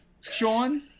Sean